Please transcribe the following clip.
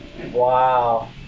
Wow